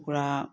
কুকুৰা